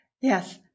Yes